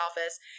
office